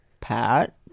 Pat